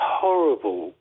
horrible